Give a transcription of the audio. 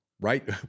right